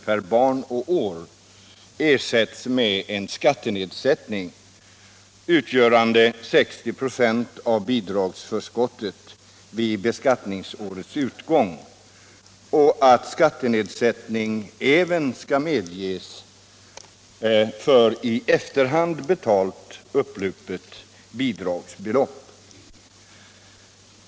per barn och år ersätts med skattenedsättning, utgörande 60 96 av bidragsförskottet vid beskattningsårets utgång och att skattenedsättning även skall medges för i efterhand betalat upplupet bidragsbelopp.